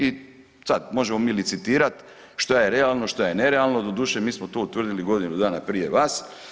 I sad možemo mi licitirat što je realno, što je nerealno, doduše mi smo to utvrdili godinu dana prije vas.